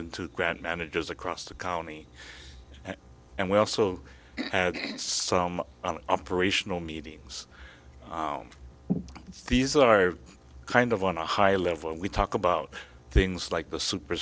and to grant managers across the county and we also had some operational meetings and these are kind of on a high level and we talk about things like the super